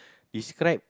describe